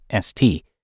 ST